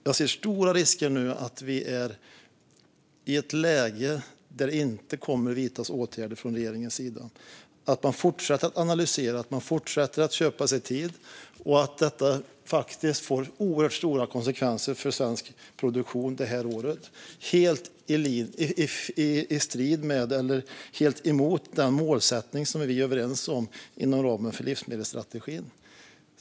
Jag ser stora risker - att vi är i ett läge där det inte kommer att vidtas åtgärder från regeringens sida, att man fortsätter att analysera och köpa sig tid och att detta faktiskt får oerhört stora konsekvenser för svensk produktion det här året, helt i strid med den målsättning som vi är överens om inom ramen för livsmedelsstrategin.